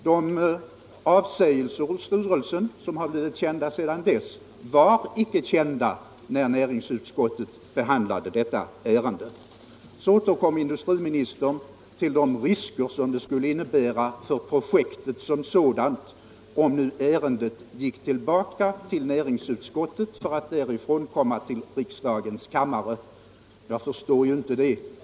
De avsägelser som förekommit inom styrelsen var icke kända när näringsutskottet behandlade detta ärende. Så återkom industriministern till de risker det skulle innebära för projektet som sådant om nu ärendet gick tillbaka till näringsutskottet för att därifrån återkomma till riksdagens kammare. Jag förstår inte det.